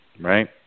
right